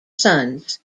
sons